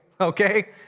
okay